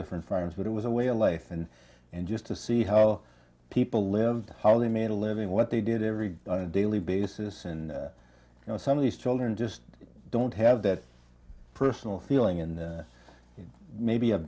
different firms but it was a way of life and and just to see how people lived how they made a living what they did every daily basis and you know some of these children just don't have that personal feeling and maybe